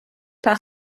par